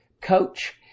coach